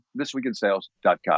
Thisweekinsales.com